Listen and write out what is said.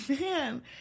man